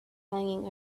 hanging